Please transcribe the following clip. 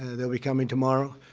they'll be coming tomorrow.